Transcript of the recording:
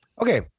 Okay